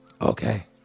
Okay